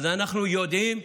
אז אנחנו יודעים.